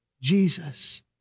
Jesus